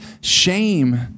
shame